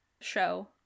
show